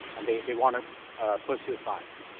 and they they want to pursue science.